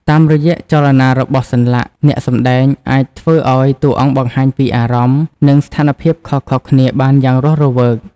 តាមរយៈចលនារបស់សន្លាក់ អ្នកសម្ដែងអាចធ្វើឲ្យតួអង្គបង្ហាញពីអារម្មណ៍ និងស្ថានភាពខុសៗគ្នាបានយ៉ាងរស់រវើក។